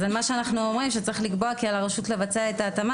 אז מה שאנחנו אומרים זה שצריך לקבוע כי על הרשות לבצע את ההתאמה